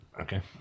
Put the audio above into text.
Okay